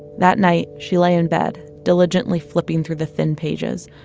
that night, she lay in bed, diligently flipping through the thin pages,